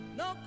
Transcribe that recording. no